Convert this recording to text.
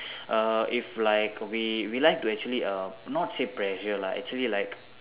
err if like we we like to actually err not say pressure lah actually like